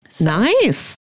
Nice